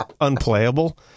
unplayable